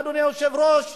אדוני היושב-ראש,